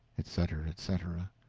etc, etc.